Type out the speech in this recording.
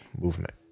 movement